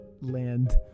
land